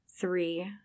three